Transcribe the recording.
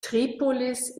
tripolis